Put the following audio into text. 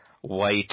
white